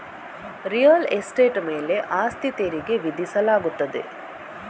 real estate ಮೇಲೆ ಆಸ್ತಿ ತೆರಿಗೆ ವಿಧಿಸಲಾಗುತ್ತದೆ